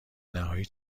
نهایی